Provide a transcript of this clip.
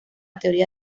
teoría